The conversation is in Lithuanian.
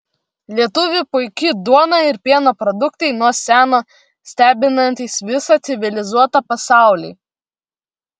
lietuvių puiki duona ir pieno produktai nuo seno stebinantys visą civilizuotą pasaulį